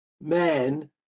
Man